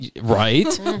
right